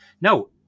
No